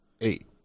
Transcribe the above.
eight